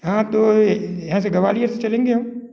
हाँ तो यहाँ से ग्वालियर से चलेंगे हम